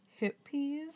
hippies